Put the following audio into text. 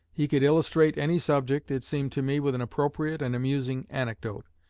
he could illustrate any subject, it seemed to me, with an appropriate and amusing anecdote.